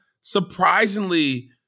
surprisingly